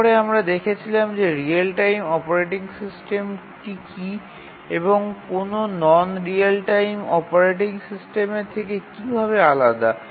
তারপরে আমরা দেখেছিলাম যে রিয়েল টাইম অপারেটিং সিস্টেমটি কী এবং কোনও নন রিয়েল টাইম অপারেটিং সিস্টেমের থেকে কিভাবে আলাদা